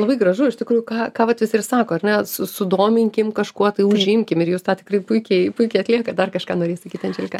labai gražu iš tikrųjų ką ką vat visi ir sako ar ne su sudominkim kažkuo tai užimkim ir jūs tą tikrai puikiai puikiai atliekat dar kažką norėjai sakyt andželika